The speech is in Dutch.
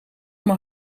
mijn